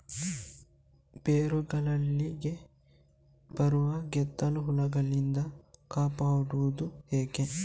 ಬೇರುಗಳಿಗೆ ಬರುವ ಗೆದ್ದಲು ಹುಳಗಳಿಂದ ಕಾಪಾಡುವುದು ಹೇಗೆ?